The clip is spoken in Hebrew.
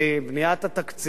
בניית התקציב,